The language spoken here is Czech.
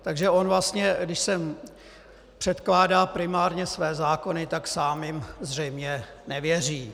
Takže on vlastně když sem předkládá primárně své zákony, tak sám jim zřejmě nevěří.